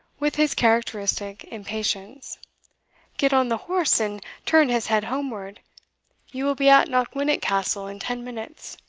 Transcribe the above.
with his characteristic impatience get on the horse, and turn his head homeward you will be at knockwinnock castle in ten minutes.